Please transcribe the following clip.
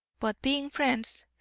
but, being friends,